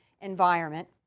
environment